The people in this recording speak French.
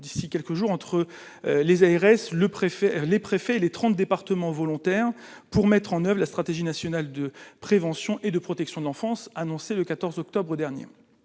d'ici quelques jours entre les ARS, le préfet, les préfets et les 30 départements volontaires pour mettre en oeuvre et la stratégie nationale de prévention et de protection de l'enfance, annoncé le 14 octobre dernier